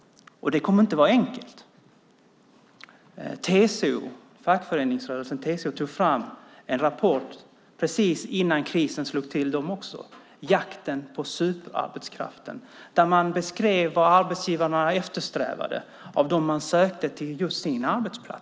Det kommer inte att vara enkelt. Fackföreningsrörelsen TCO tog fram en rapport precis innan krisen slog till, Jakten på superarbetskraften . Där beskrev man vad arbetsgivarna eftersträvade hos dem man sökte till just sin arbetskraft.